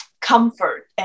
comfort